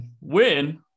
win